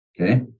okay